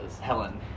Helen